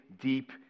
deep